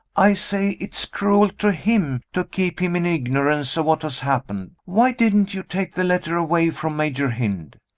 i say it's cruel to him to keep him in ignorance of what has happened. why didn't you take the letter away from major hynd?